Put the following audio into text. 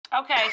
Okay